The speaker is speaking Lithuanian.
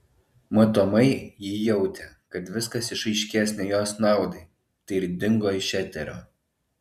matomai ji jautė kad viskas išaiškės ne jos naudai tai ir dingo iš eterio